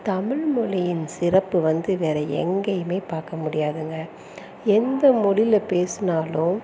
தமிழ்மொழியின் சிறப்பு வந்து வேறு எங்கேயுமே பார்க்க முடியாதுங்க எந்த மொழியில பேசினாலும்